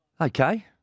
Okay